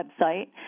website